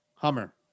Hummer